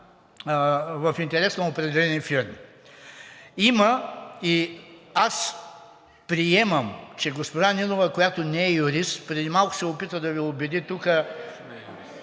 в интерес на определени фирми. Има и аз приемам, че госпожа Нинова, която не е юрист, преди малко се опита да Ви убеди тук…